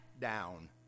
down